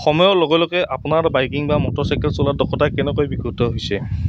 সময়ৰ লগে লগে আপোনাৰ বাইকিং বা মটৰচাইকেল চলোৱাৰ দক্ষতা কেনেকৈ বিশুদ্ধ হৈছে